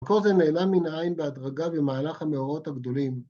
כל זה נעלם מן העין בהדרגה במהלך המאורעות הגדולים